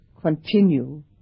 continue